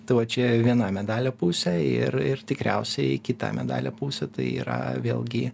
tai va čia viena medalio pusė ir ir tikriausiai kita medalio pusė tai yra vėlgi